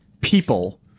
People